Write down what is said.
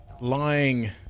lying